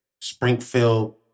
Springfield